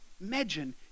Imagine